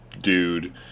dude